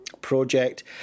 project